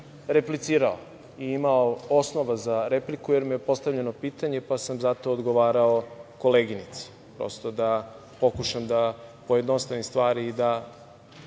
replicirao i imao osnov za repliku, jer mi je postavljeno pitanje pa sam zato odgovarao koleginici. Prosto da pokušam da pojednostavim stvari, a